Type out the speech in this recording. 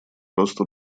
росту